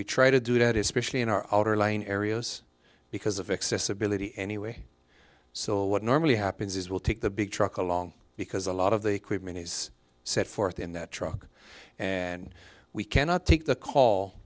we try to do that especially in our outer lying areas because of excess ability anyway so what normally happens is we'll take the big truck along because a lot of the equipment he's set forth in that truck and we cannot take the call